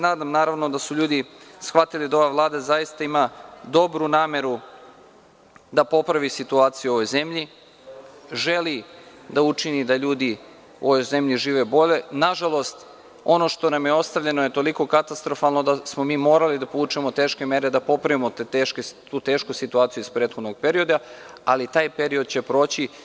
Nadam se, naravno da su ljudi shvatili da ova Vlada zaista ima dobru nameru da popravi situaciju u ovoj zemlji, želi da učini da ljudi u ovoj zemlji žive bolje, nažalost, ono što nam je ostavljeno je toliko katastrofalno da smo mi morali da povučemo teške mere da popravimo tu tešku situaciju iz prethodnog perioda, ali taj period će proći.